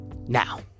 Now